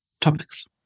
topics